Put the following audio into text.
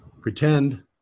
pretend